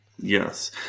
yes